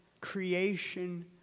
creation